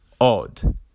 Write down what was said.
odd